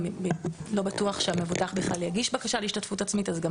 גם לא בטוח שהמבוטח בכלל יגיש בקשה להשתתפות עצמית אז גם